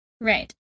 Right